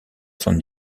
son